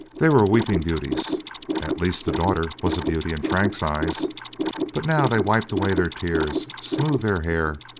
they were weeping beauties at least the daughter was a beauty in frank's eyes but now they wiped away their tears, smoothed their hair,